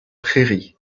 prairies